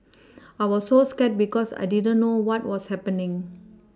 I was so scared because I didn't know what was happening